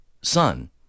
son